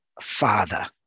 Father